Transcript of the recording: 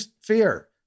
fear